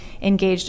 engaged